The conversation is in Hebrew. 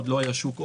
עוד לא היה שוק הון,